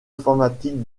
informatiques